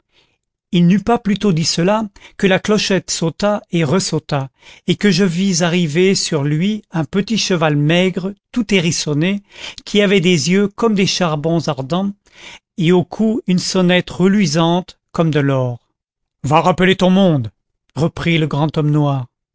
il n'eut pas plutôt dit cela que la clochette sauta et ressauta et que je vis arriver sur lui un petit cheval maigre tout hérissonné qui avait des yeux comme des charbons ardents et au cou une sonnette reluisante comme de l'or va rappeler ton monde reprit le grand homme noir